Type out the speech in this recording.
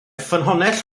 ffynhonnell